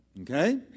Okay